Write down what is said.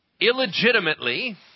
illegitimately